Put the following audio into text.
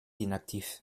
inactif